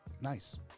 Nice